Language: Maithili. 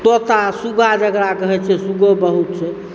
तोता सुग्गा जकरा कहै छिऐ सुग्गो बहुत छै